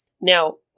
Now